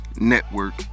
network